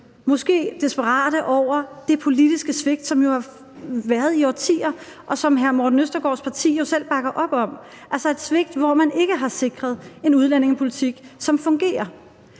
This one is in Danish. bliver desperate over det politiske svigt, der har været i årtier, og som hr. Morten Østergaards parti jo selv bakker op om; altså et svigt, hvor man ikke har sikret en udlændingepolitik, som fungerer.